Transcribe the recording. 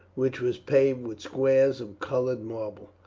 which was paved with squares of coloured marble.